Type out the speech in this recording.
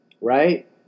right